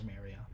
area